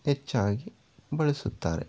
ಹೆಚ್ಚಾಗಿ ಬಳಸುತ್ತಾರೆ